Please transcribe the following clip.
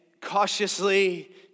Cautiously